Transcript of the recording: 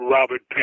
Robert